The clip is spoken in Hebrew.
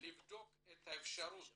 לבדוק את האפשרות